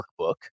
workbook